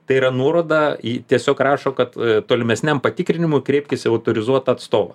tai yra nuoroda į tiesiog rašo kad tolimesniam patikrinimui kreipkis į autorizuotą atstovą